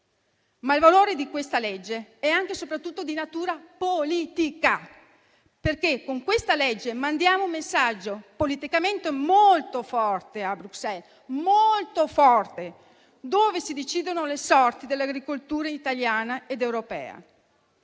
Il valore di questa legge è anche e soprattutto di natura politica, perché con essa mandiamo un messaggio politicamente molto forte - ripeto, molto forte - a Bruxelles, dove si decidono le sorti dell'agricoltura italiana ed europea.